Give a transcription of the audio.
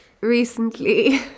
recently